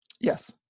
Yes